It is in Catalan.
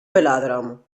velòdrom